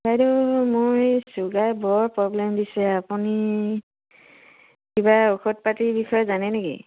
বাইদেউ মই ছুগাৰ বৰ প্ৰব্লেম দিছে আপুনি কিবা ঔষধ পাতিৰ বিষয়ে জানে নেকি